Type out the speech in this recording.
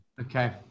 Okay